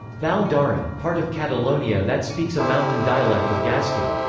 val d'aran part of catalonia that speaks a mountain dialect of gascon.